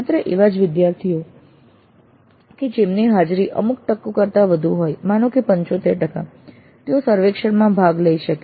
માત્ર એવા જ વિદ્યાર્થીઓ કે જેમની હાજરી અમુક ટકા કરતા વધુ હોય માનો કે 75 ટકા તેઓ સર્વેક્ષણમાં ભાગ લઈ શકે છે